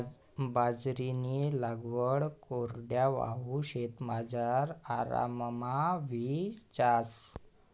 बाजरीनी लागवड कोरडवाहू शेतमझार आराममा व्हयी जास